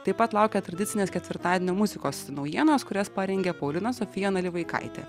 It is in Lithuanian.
taip pat laukia tradicinės ketvirtadienio muzikos naujienos kurias parengė paulina sofija nalivaikaitė